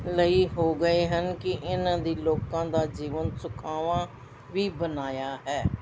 ਲਈ ਹੋ ਗਏ ਹਨ ਕਿ ਇਹਨਾਂ ਦੀ ਲੋਕਾਂ ਦਾ ਜੀਵਨ ਸੁਖਾਵਾਂ ਵੀ ਬਣਾਇਆ ਹੈ